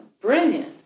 brilliant